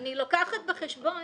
אני לוקחת בחשבון